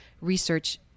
research